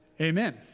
Amen